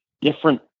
different